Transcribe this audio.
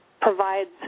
provides